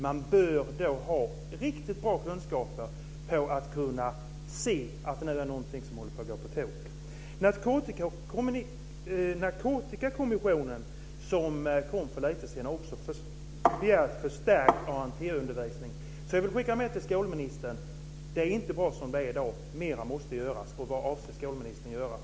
Man bör då ha riktigt bra kunskaper när det gäller att kunna se att något håller på att gå på tok. Narkotikakommissionen som lade fram sitt förslag för en tid sedan har också begärt en förstärkning av ANT-undervisningen. Jag vill därför skicka med skolministern att det inte är bra som det är i dag. Mer måste göras. Vad avser skolministern att göra?